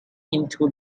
into